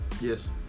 Yes